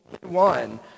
one